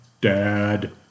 Dad